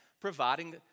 providing